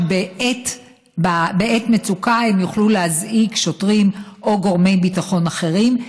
שבעת מצוקה הם יוכלו להזעיק שוטרים או גורמי ביטחון אחרים,